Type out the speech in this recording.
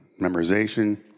Memorization